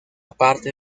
parte